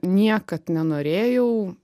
niekad nenorėjau